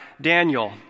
Daniel